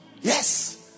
Yes